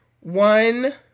one